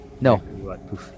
No